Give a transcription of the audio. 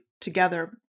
together